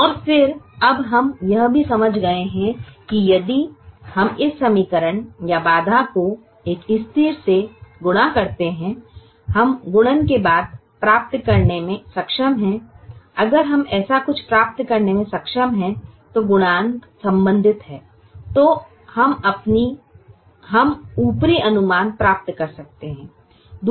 और फिर हम अब यह भी समझ गए हैं कि यदि हम इस समीकरण या बाधा को एक स्थिर से गुणा करते हैं हम गुणन के बाद प्राप्त करने में सक्षम हैं अगर हम ऐसा कुछ प्राप्त करने में सक्षम हैं तो गुणांक संबंधित हैं तो हम ऊपरी अनुमान प्राप्त कर सकते है